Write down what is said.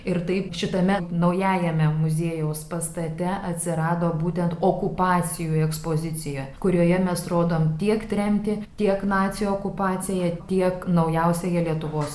ir taip šitame naujajame muziejaus pastate atsirado būtent okupacijų ekspozicija kurioje mes rodom tiek tremtį tiek nacių okupaciją tiek naujausiąją lietuvos istoriją